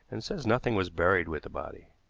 and says nothing was buried with the body.